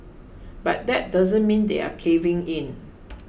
but that doesn't mean they're caving in